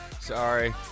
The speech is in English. sorry